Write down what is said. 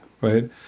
Right